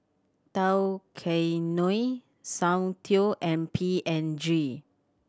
Tao Kae Noi Soundteoh and P and G